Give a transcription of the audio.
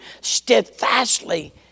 steadfastly